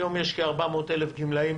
היום יש כ-400,000 גמלאים